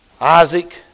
Isaac